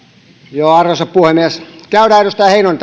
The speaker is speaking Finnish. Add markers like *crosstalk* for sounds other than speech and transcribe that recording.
arvoisa puhemies käydään edustaja heinonen *unintelligible*